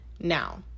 Now